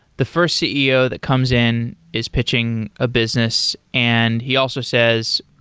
the first ceo that comes in is pitching a business and he also says,